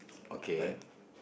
okay